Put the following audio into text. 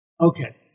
okay